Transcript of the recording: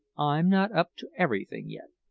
i'm not up to everything yet.